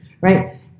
right